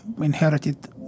inherited